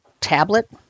tablet